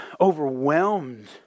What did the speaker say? overwhelmed